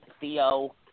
Theo